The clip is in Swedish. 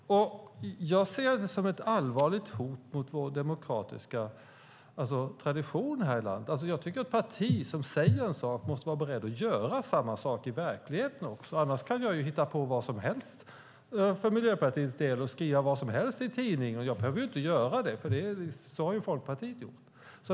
Jag ser det som ett allvarligt hot mot den demokratiska traditionen i det här landet. Ett parti som säger en sak måste vara berett att göra samma sak i verkligheten. Om inte kan jag ju hitta på vad som helst för Miljöpartiets del och skriva vad som helst i tidningen. Men jag behöver inte göra så som Folkpartiet gjort.